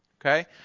okay